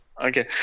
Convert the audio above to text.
Okay